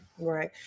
Right